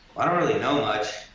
i don't really know much,